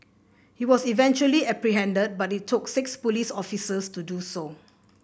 he was eventually apprehended but it took six police officers to do so